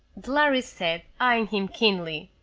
the lhari said, eying him keenly,